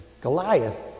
Goliath